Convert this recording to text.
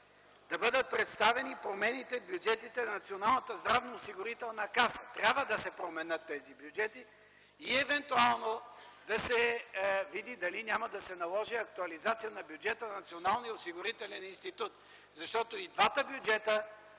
да бъдат представени промените в бюджетите на Националната здравноосигурителна каса. Трябва да се променят тези бюджети, и евентуално да се види дали няма да се наложи актуализация на бюджета на Националния осигурителен институт. Защото и двата бюджета